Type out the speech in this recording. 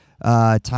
Time